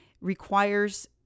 requires